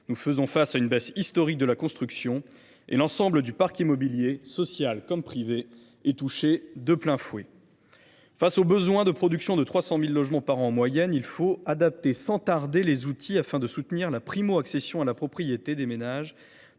Nous faisons face à une baisse historique de la construction et l’ensemble du parc immobilier, social comme privé, est touché de plein fouet. Face aux besoins, qui s’élèvent à 300 000 logements par an en moyenne, il faut adapter sans tarder les outils dont nous disposons afin de soutenir les ménages